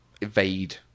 evade